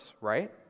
right